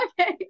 okay